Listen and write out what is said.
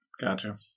Gotcha